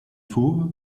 fauve